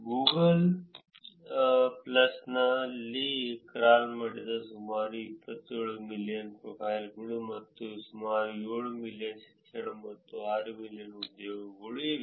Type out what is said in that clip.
Google ಪ್ಲಸ್ನಲ್ಲಿ crawl ಮಾಡಿದ ಸುಮಾರು 27 ಮಿಲಿಯನ್ ಪ್ರೊಫೈಲ್ಗಳು ಮತ್ತು ಸುಮಾರು 7 ಮಿಲಿಯನ್ ಶಿಕ್ಷಣ ಮತ್ತು 6 ಮಿಲಿಯನ್ ಉದ್ಯೋಗಗಳು ಇವೆ